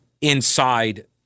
inside